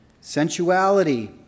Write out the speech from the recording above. sensuality